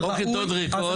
כיתות ריקות.